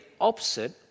opposite